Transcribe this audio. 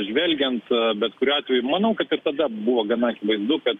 žvelgiant bet kuriuo atveju manau kad ir tada buvo gana akivaizdu kad